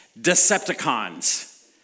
decepticons